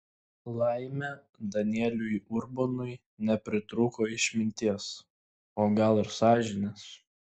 laimė danieliui urbonui nepritrūko išminties o gal ir sąžinės